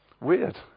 weird